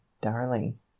darling